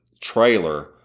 trailer